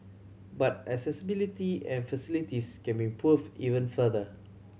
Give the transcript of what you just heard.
but accessibility and facilities can be improve even further